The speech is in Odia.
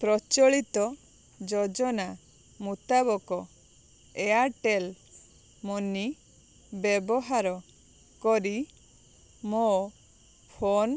ପ୍ରଚଳିତ ଯୋଜନା ମୁତାବକ ଏୟାର୍ଟେଲ୍ ମନି ବ୍ୟବହାର କରି ମୋ ଫୋନ୍